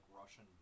Russian